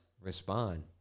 respond